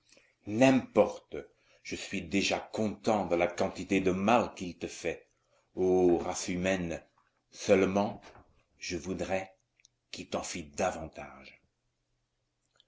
n'importe je suis déjà content de la quantité de mal qu'il te fait ô race humaine seulement je voudrais qu'il t'en fît davantage